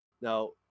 Now